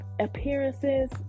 appearances